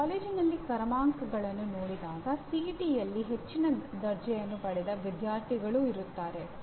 ನೀವು ಕಾಲೇಜಿನ ಕ್ರಮಾಂಕಗಳನ್ನು ನೋಡಿದಾಗ ಸಿಇಟಿಯಲ್ಲಿ ಹೆಚ್ಚಿನ ದರ್ಜೆಯನ್ನು ಪಡೆದ ವಿದ್ಯಾರ್ಥಿಗಳೂ ಇರುತ್ತಾರೆ